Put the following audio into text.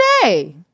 today